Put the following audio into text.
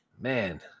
Man